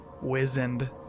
wizened